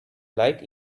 light